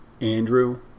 Andrew